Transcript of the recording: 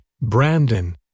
Brandon